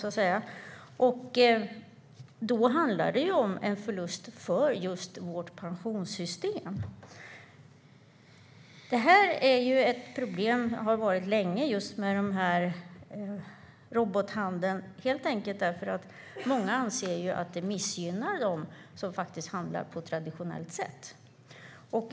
Det handlar om en förlust för vårt pensionssystem. Det här är och har varit ett problem länge, därför att många anser att det missgynnar dem som handlar på traditionellt sätt.